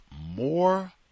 more